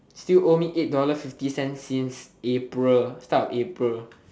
still owe me eight dollar fifty cents since april the start of april